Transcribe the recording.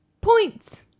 points